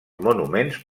monuments